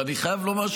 ואני חייב לומר,